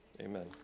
Amen